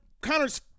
Connor's